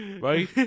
right